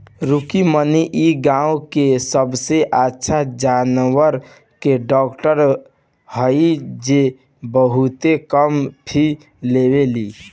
रुक्मिणी इ गाँव के सबसे अच्छा जानवर के डॉक्टर हई जे बहुत कम फीस लेवेली